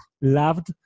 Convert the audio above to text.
loved